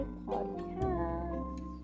podcast